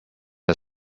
are